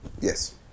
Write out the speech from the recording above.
Yes